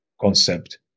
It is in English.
concept